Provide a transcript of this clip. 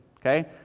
Okay